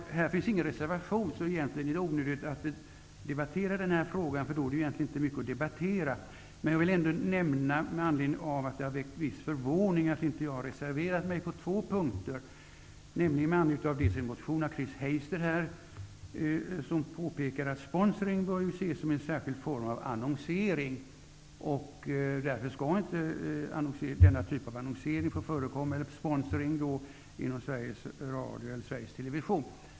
Här finns ingen reservation, så egentligen är det onödigt att debattera den här frågan. Det är då inte mycket att debattera. Jag vill dock säga några ord, eftersom det har väckt viss förvåning att jag inte har reserverat mig på två punkter. Det gäller för det första en motion av Chris Heister, där det påpekas attt sponsring bör ses som en särkild form av annonsering. Därför skall inte denna typ av annonsering, sponsring, få förekomma inom Sveriges Radio eller Sveriges Television.